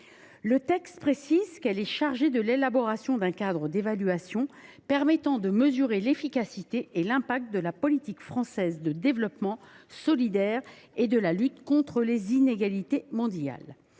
Le texte précise que cette commission est chargée de l’élaboration d’un « cadre d’évaluation permettant de mesurer l’efficacité et l’impact de la politique française de développement solidaire et de lutte contre les inégalités mondiales